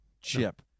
Chip